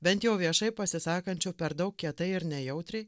bent jau viešai pasisakančių per daug kietai ir nejautriai